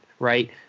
Right